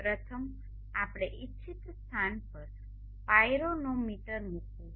પ્રથમ આપણે ઈચ્છિત સ્થાન પર પાયરોનોમીટર મૂકવું છે